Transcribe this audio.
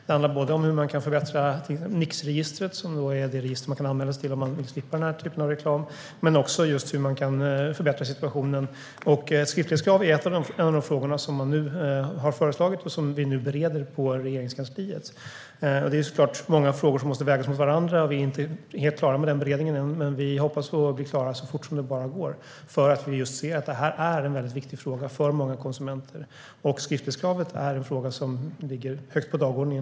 Det handlar om att förbättra Nixregistret - det register man kan anmäla sig till om man vill slippa den typen av reklam - och att förbättra situationen i övrigt. Skriftlighetskrav är ett förslag som har lagts fram och som vi nu bereder på Regeringskansliet. Många frågor måste vägas mot varandra, och vi är inte helt klara med den beredningen än, men vi hoppas att bli klara så fort det bara går. Vi anser att det här är en viktig fråga för många konsumenter. Skriftlighetskravet är en fråga som står högt på dagordningen.